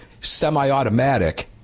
semi-automatic